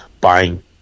buying –